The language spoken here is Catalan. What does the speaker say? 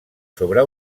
sobre